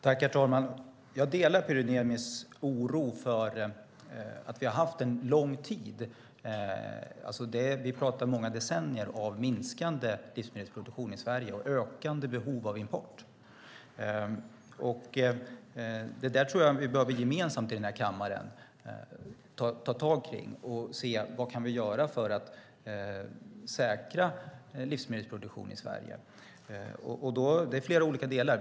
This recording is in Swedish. Herr talman! Jag delar Pyry Niemis oro. Vi pratar om många decennier av minskande livsmedelsproduktion i Sverige och ökande behov av import. Jag tror att vi gemensamt i den här kammaren behöver ta tag i detta och se vad vi kan göra för att säkra livsmedelsproduktionen i Sverige. Det handlar om flera olika delar.